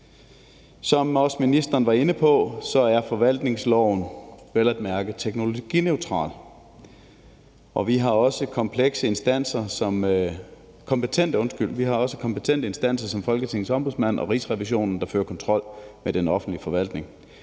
Som ministeren også var inde på, er forvaltningsloven vel at mærke teknologineutral, og vi har også kompetente instanser som Folketingets Ombudsmand og Rigsrevisionen, der fører kontrol med den offentlige forvaltning.